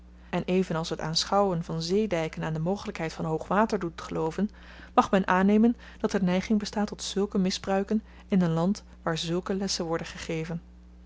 en even als t aanschouwen van zeedyken aan de mogelykheid van hoog water doet gelooven mag men aannemen dat er neiging bestaat tot zulke misbruiken in een land waar zulke lessen worden gegeven